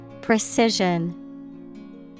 Precision